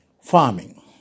farming